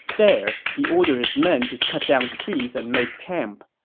there, he ordered his men to cut down trees and make camp.